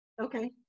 Okay